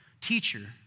Teacher